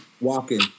Walking